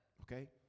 Okay